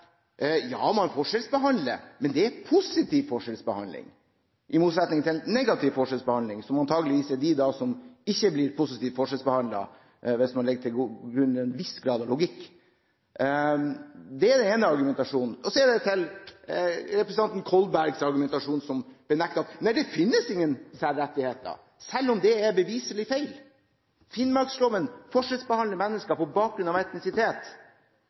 ja, man forskjellsbehandler, men det er positiv forskjellsbehandling, i motsetning til negativ forskjellsbehandling, som antakeligvis er av dem som ikke blir positivt forskjellsbehandlet, hvis man legger til grunn en viss grad av logikk. Det er den ene argumentasjonen. Og så er det argumentasjonen til representanten Kolberg, som benekter at det finnes særrettigheter, selv om det er beviselig feil. Finnmarksloven forskjellsbehandler mennesker på bakgrunn av etnisitet.